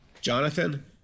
Jonathan